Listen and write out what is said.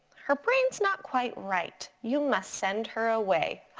her brain's not quite right, you must send her away.